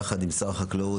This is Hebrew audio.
יחד עם שר החקלאות,